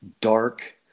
dark